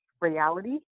reality